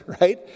right